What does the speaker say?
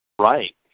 Right